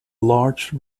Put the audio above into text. large